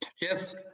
Yes